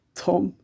Tom